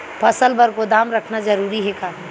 फसल बर गोदाम रखना जरूरी हे का?